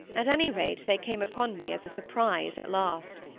at any rate they came upon me as a surprise at last.